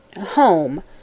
Home